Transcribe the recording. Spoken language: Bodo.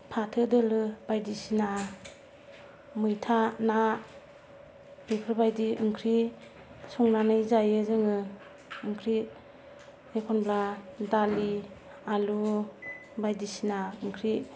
फाथो दोलो बायदिसिना मैथा ना बेफोरबायदि ओंख्रि संनानै जायो जोङो ओंख्रि एखनब्ला दालि आलु बायदिसिना ओंख्रि